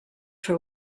for